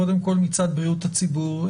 קודם כל מצד בריאות הציבור,